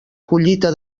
collita